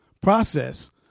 process